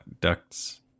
ducts